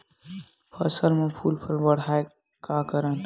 फसल म फूल ल बढ़ाय का करन?